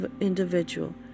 individual